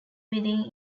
within